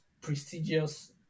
prestigious